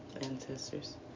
ancestors